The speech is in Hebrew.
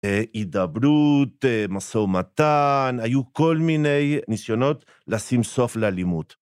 הידברות, משא ומתן, היו כל מיני ניסיונות לשים סוף ללימוד.